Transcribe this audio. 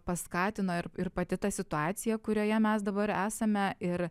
paskatino ir ir pati ta situacija kurioje mes dabar esame ir